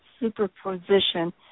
superposition